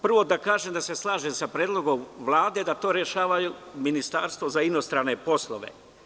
Prvo, da kažem da se slažem sa predlogom Vlade da to rešava Ministarstvo za inostrane poslove.